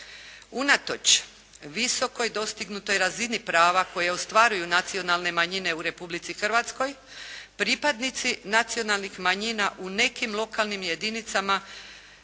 Unatoč visokoj dostignutoj razini prava koje ostvaruju nacionalne manjine u Republici Hrvatskoj, pripadnici nacionalnih manjina u nekim lokalnim jedinicama